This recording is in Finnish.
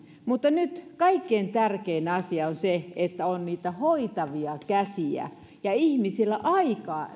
mutta nyt kaikkein tärkein asia on se että on niitä hoitavia käsiä ja ihmisillä aikaa